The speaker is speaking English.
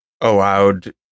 allowed